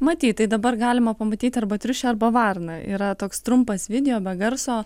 matyt tai dabar galima pamatyt arba triušį arba varną yra toks trumpas video be garso